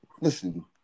Listen